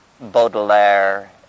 Baudelaire